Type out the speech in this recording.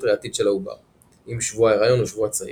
ריאתית של העובר אם שבוע ההריון הוא שבוע צעיר.